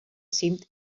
seemed